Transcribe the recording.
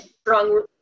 strong